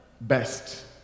best